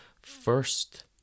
first